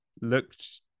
looked